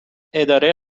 اداره